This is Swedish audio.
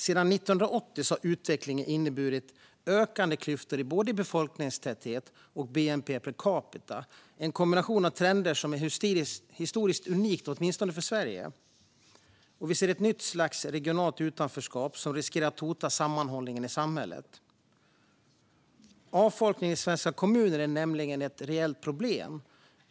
Sedan 1980-talet har utvecklingen inneburit ökande klyftor i både befolkningstäthet och bnp per capita, en kombination av trender som är historiskt unik, åtminstone för Sverige. Vi ser ett nytt slags regionalt utanförskap som riskerar att hota sammanhållningen i samhället. Avfolkningen i svenska kommuner är nämligen ett reellt problem.